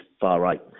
far-right